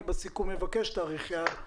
בסיכום אני אבקש תאריך יעד.